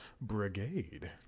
Brigade